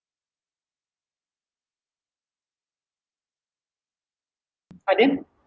I didn't